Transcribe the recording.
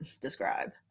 describe